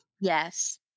Yes